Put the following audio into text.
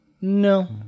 No